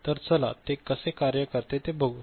तर चला ते कसे कार्य करते ते बघू